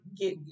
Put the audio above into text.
get